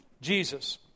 Jesus